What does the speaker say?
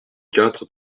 quatre